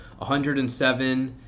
107